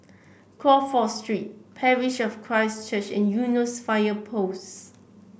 Crawford Street Parish of Christ Church and Eunos Fire Post